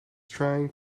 trying